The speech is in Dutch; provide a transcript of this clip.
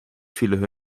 vielen